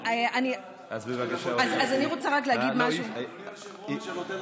אז אני רוצה רק להגיד, לא,